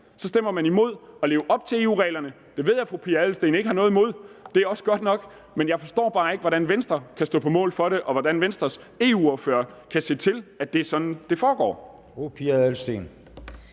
stemmer man imod at leve op til EU-reglerne. Det ved jeg at fru Pia Adelsteen ikke har noget imod, det er også godt nok. Men jeg forstår bare ikke, hvordan Venstre kan stå på mål for det, og hvordan Venstres EU-ordfører kan se til, at det er sådan, det foregår.